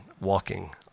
walking